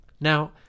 Now